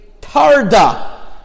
Tarda